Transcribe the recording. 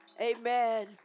Amen